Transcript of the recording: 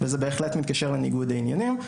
וזה בהחלט מתקשר לניגוד העניינים.